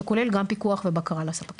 שכולל גם פיקוח ובקרה על הספקים.